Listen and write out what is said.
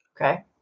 Okay